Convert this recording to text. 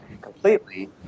completely